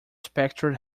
spectre